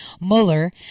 Mueller